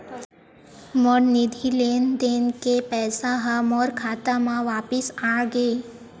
मोर निधि लेन देन के पैसा हा मोर खाता मा वापिस आ गे